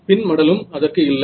பின் மடலும் அதற்கு இல்லை